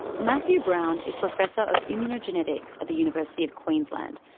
matthew brown is professor of immunogenetics at the university of queensland,